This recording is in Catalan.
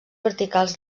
verticals